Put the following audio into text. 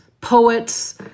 poets